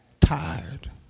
tired